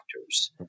doctors